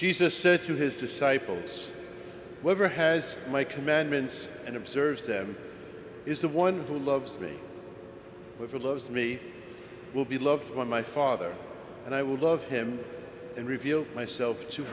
jesus said to his disciples never has my commandments and observes them is the one who loves me for loves me will be loved by my father and i will love him and reveal myself to